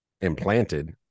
implanted